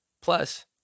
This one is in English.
Plus